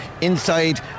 inside